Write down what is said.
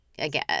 Again